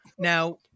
Now